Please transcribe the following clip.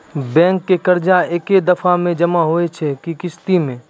Bank के कर्जा ऐकै दफ़ा मे जमा होय छै कि किस्तो मे?